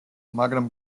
მაგრამ